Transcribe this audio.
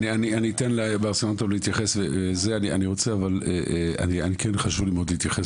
אני אתן למנכ"ל להתייחס אבל חשוב לי להתייחס